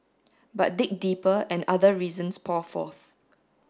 but dig deeper and other reasons pour forth